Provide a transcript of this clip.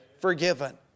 forgiven